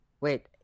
Wait